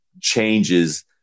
changes